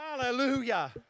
Hallelujah